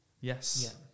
Yes